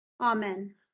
Amen